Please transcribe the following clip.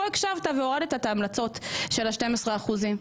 כאן הקשבת והורדת את ההמלצות של ה-12 אחוזים.